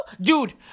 Dude